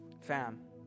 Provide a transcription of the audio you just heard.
Fam